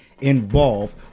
involved